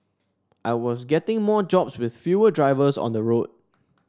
I was getting more jobs with fewer drivers on the road